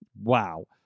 wow